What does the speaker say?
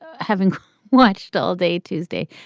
ah having watched all day tuesday,